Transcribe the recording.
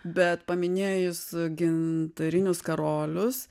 bet paminėjus gintarinius karolius